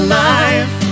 life